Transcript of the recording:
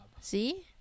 See